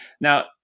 Now